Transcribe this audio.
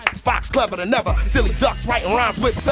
fox clever than ever. silly ducks write rhymes with but